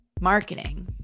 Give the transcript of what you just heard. Marketing